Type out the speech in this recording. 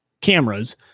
cameras